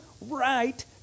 right